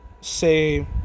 say